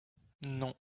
non